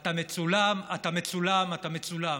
אתה מצולם, אתה מצולם, אתה מצולם.